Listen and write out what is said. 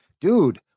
dude